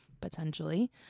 Potentially